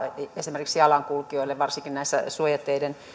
esimerkiksi jalankulkijoille varsinkaan suojateiden